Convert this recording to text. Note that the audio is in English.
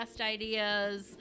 ideas